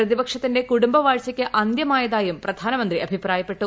പ്രതിപക്ഷത്തിന്റെ കുടുംബവാഴ്ചയ്ക്ക് അന്ത്യമായതായും പ്രധാനമന്ത്രി അഭിപ്രായപ്പെട്ടു